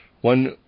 One